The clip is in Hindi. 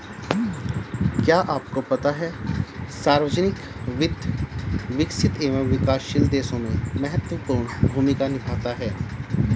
क्या आपको पता है सार्वजनिक वित्त, विकसित एवं विकासशील देशों में महत्वपूर्ण भूमिका निभाता है?